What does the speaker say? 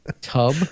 Tub